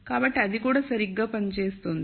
కాబట్టి అది కూడా సరిగ్గా పనిచేస్తుంది